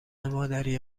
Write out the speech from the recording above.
مادری